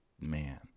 man